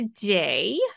today